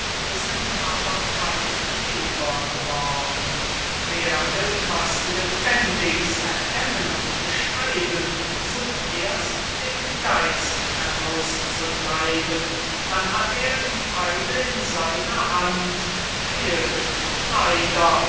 sind aber keine weber geworden wer will was lebendig's erkennen und beschreiben sucht erst den geist heraus zu treiben dann hat er die theile in seiner hand fehlt leider